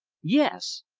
yes.